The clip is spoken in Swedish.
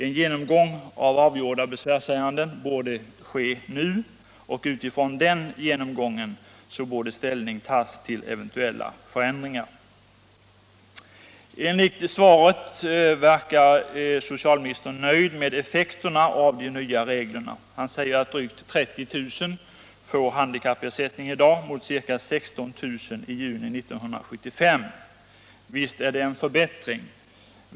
En genomgång av avgjorda besvärsärenden borde ske nu, och på grundval av denna genomgång borde ställning tas till eventuella förändringar. Enligt svaret verkar socialministern nöjd med effekterna av de nya reglerna. Han säger att drygt 30 000 får handikappersättning i dag mot ca 16 000 i juni 1975. Visst är det en förbättring.